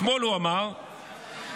אתמול הוא אמר שחייבים,